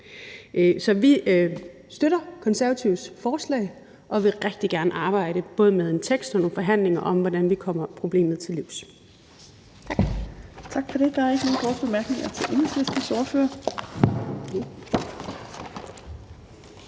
Så vi støtter De Konservatives forslag og vil rigtig gerne arbejde både med en tekst og med nogle forhandlinger om, hvordan vi kommer problemet til livs.